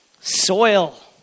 soil